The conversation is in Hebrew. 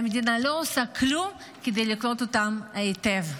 והמדינה לא עושה כלום כדי לקלוט אותם היטב.